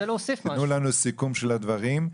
שייתנו לנו סיכום של הדברים,